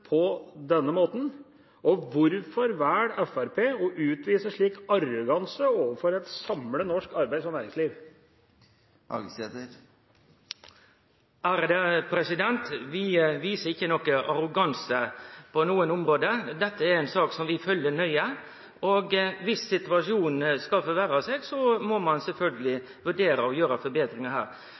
på denne måten? Og hvorfor velger Fremskrittspartiet å utvise slik arroganse overfor et samlet norsk arbeids- og næringsliv? Vi viser ikkje arroganse på noko område. Dette er ei sak vi følgjer nøye. Om situasjonen skulle forverre seg, må ein sjølvsagt vurdere å